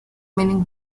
meaning